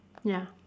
ya